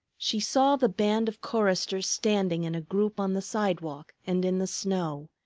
she saw the band of choristers standing in a group on the sidewalk and in the snow,